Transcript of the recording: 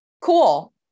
Cool